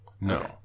no